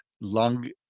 lung